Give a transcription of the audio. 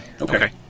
Okay